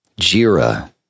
Jira